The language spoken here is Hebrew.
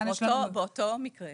באותו מקרה